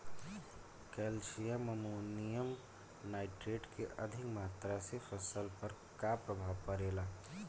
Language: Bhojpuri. कैल्शियम अमोनियम नाइट्रेट के अधिक मात्रा से फसल पर का प्रभाव परेला?